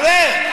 מי אומר?